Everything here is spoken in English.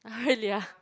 ah really ah